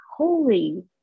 Holy